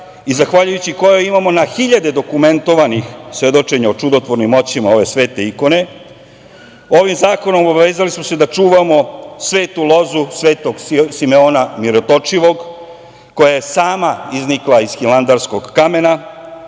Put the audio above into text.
i zahvaljujući kojoj imamo na hiljade dokumentovanih svedočenja o čudotvornim moćima ove svete ikone. Ovim zakonom obavezali smo se da čuvamo svetu lozu Svetog Simeona Mirotočivog, koja je sama iznikla iz hilandarskog kamena